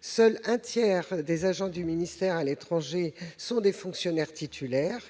seulement des agents du ministère à l'étranger sont des fonctionnaires titulaires,